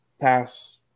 pass